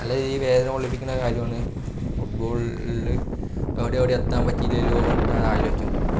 നല്ല രീതിയിൽ വേദന കൊള്ളിപ്പിക്കണ കാര്യമാണ് ഫുട്ബോളിൽ എവിടെ എവിടേയും എത്താൻ പറ്റിയില്ലല്ലോ പറഞ്ഞിട്ടത് ആലോചിക്കുമ്പോൾ